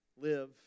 live